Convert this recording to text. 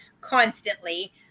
constantly